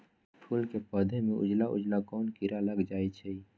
फूल के पौधा में उजला उजला कोन किरा लग जई छइ?